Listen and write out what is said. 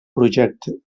projecte